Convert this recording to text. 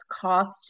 cost